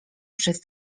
przez